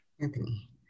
Anthony